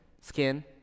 Skin